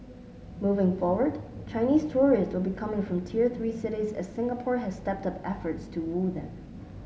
moving forward Chinese tourists will be coming from tier three cities as Singapore has stepped up efforts to woo them